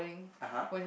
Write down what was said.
(uh huh)